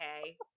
okay